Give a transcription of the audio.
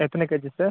எத்தனை KG sir